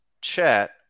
chat